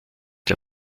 der